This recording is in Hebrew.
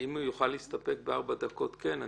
אם הוא יוכל להסתפק בארבע דקות, כן.